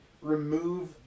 remove